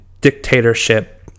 dictatorship